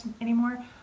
anymore